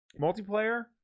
multiplayer